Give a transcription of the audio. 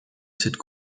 cette